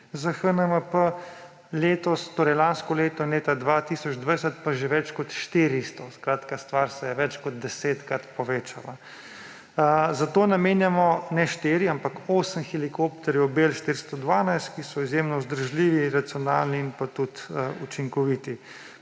za HNMP, lansko leto, leta 2020, pa že več kot 400. Skratka, stvar se je več kot desetkrat povečala. Zato namenjamo ne štiri, ampak osem helikopterjev Bell 412, ki so izjemno vzdržljivi, racionalni in pa tudi učinkoviti.